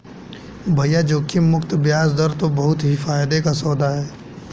भैया जोखिम मुक्त बयाज दर तो बहुत ही फायदे का सौदा है